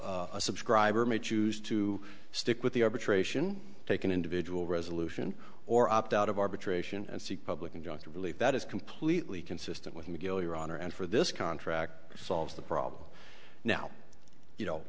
l a subscriber may choose to stick with the arbitration take an individual resolution or opt out of arbitration and seek public injunctive relief that is completely consistent with mcgill your honor and for this contract solves the problem now you know